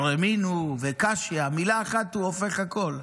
ורמינהו, וקשיא, במילה אחת הוא הופך הכול.